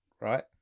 Right